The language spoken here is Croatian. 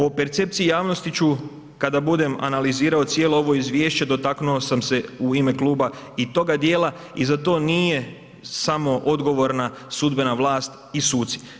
O percepciji javnosti ću kada budem analizirao cijelo ovo izvješće, dotaknuo sam se u ime kluba i toga dijela i za to nije samo odgovorna sudbena vlast i suci.